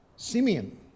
Simeon